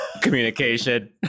communication